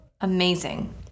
amazing